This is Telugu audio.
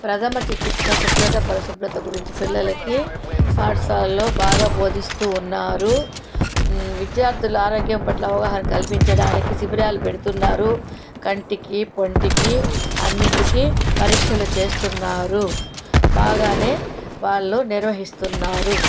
ప్రథమ చికిత్స శుభ్రత పరిశుభ్రత గురించి పిల్లలకి పాఠశాలలో బాగా బోధిస్తూ ఉన్నారు విద్యార్థుల ఆరోగ్యం పట్ల అవగాహన కల్పించడానికి శిబిరాలు పెడుతున్నారు కంటికి పొంటికి అన్నిటికి పరీక్షలు చేస్తున్నారు బాగానే వాళ్ళు నిర్వహిస్తున్నారు